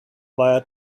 via